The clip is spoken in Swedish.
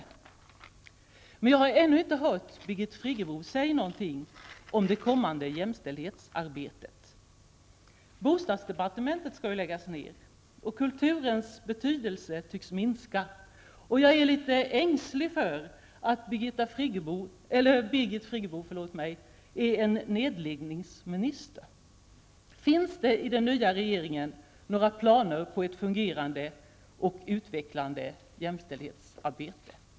Men ännu i dag har jag inte hört Birgit Friggebo säga någonting om det kommande jämställdhetsarbetet. Bostadsdepartementet skall läggas ner, och kulturens betydelse tycks minska. Jag är litet ängslig för att Birgit Friggebo är en nedläggningsminister. Finns det i den nya regeringen några planer på ett fungerande och utvecklande jämställdhetsarbete?